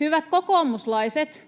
Hyvät kokoomuslaiset,